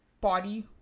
body